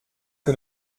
que